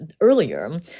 earlier